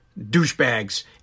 douchebags